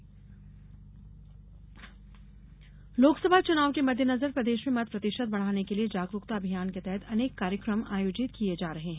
मतदाता जागरूकता लोकसभा चुनाव के मद्देनजर प्रदेश में मत प्रतिशत बढ़ाने के लिये जागरूकता अभियान के तहत अनेक कार्यक्रम आयोजित किये जा रहे हैं